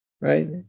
right